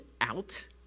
out